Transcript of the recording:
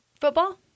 football